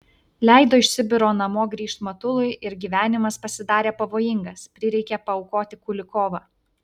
leido iš sibiro namo grįžt matului ir gyvenimas pasidarė pavojingas prireikė paaukoti kulikovą